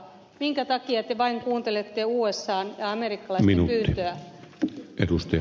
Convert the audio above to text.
minkä takia te vain kuuntelette usan ja amerikkalaisten pyyntöä